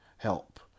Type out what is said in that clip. help